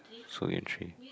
so entry